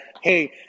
hey